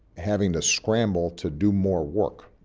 having to scramble to do more work.